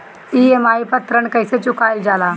EMI पर ऋण कईसे चुकाईल जाला?